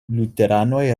luteranoj